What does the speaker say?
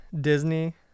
Disney